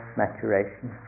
maturation